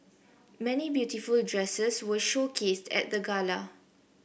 many beautiful dresses were showcased at the gala